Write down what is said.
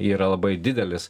yra labai didelis